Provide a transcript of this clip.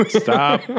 Stop